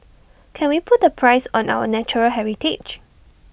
can we put A price on our natural heritage